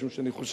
משום שאני חושב,